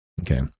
okay